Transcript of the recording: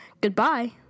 Goodbye